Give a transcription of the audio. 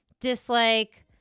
dislike